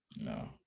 No